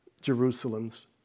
Jerusalem's